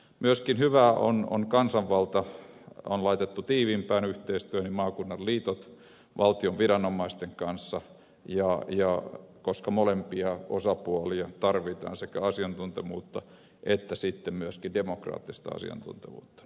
myöskin hyvää on se että kansanvalta on laitettu tiiviimpään yhteistyöhön ja maakunnan liitot yhteistyöhön valtion viranomaisten kanssa koska molempia osapuolia tarvitaan sekä asiantuntevuutta että sitten myöskin demokraattista asiantuntevuutta